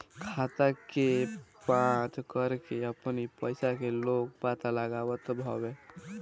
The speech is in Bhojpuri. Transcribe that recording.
खाता के जाँच करके अपनी पईसा के लोग पता लगावत हवे